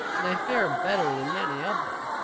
and i fared better than many of them.